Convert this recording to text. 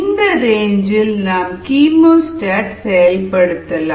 இந்த ரேஞ்சில் நாம் கீமோஸ்டாட் செயல்படுத்தலாம்